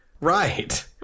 Right